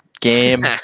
game